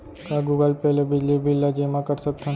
का Google pay ले बिजली बिल ल जेमा कर सकथन?